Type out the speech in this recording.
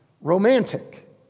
romantic